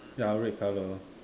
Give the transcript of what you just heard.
ya red color